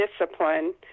discipline